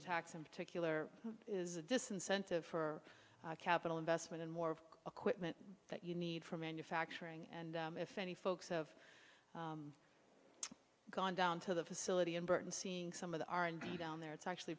the tax in particular is a disincentive for capital investment and more equipment that you need for manufacturing and if any folks have gone down to the facility in burton seeing some of the r and d down there it's actually